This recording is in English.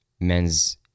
men's